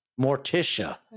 Morticia